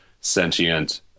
sentient